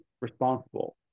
responsible